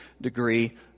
degree